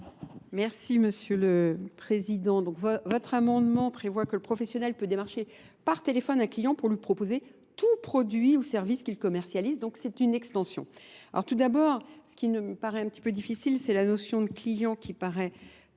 Merci Monsieur le Président. Donc votre amendement prévoit que le professionnel peut démarcher par téléphone un client pour lui proposer tout produit ou service qu'il commercialise. Donc c'est une extension. Alors tout d'abord, ce qui me paraît un petit peu difficile, c'est la notion de client qui paraît